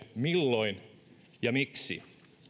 milloin ja miksi